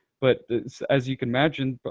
but as you can imagine, but